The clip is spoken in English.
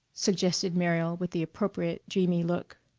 suggested muriel with the appropriate dreamy look.